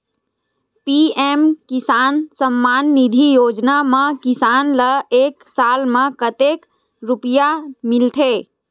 PM Kisan सम्मान निधी योजना म किसान ल एक साल म कतेक रुपिया मिलथे?